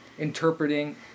interpreting